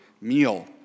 meal